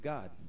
God